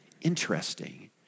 Interesting